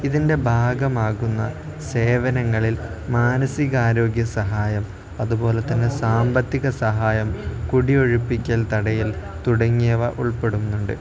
ഇതിൻ്റെ ഭാഗമാകുന്ന സേവനങ്ങളിൽ മാനസിക ആരോഗ്യസഹായം അതുപോലെത്തന്നെ സാമ്പത്തിക സഹായം കുടിയൊഴിപ്പിക്കൽ തടയൽ തുടങ്ങിയവ ഉൾപ്പെടുന്നുണ്ട്